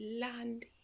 land